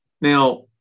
Now